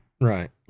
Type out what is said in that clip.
Right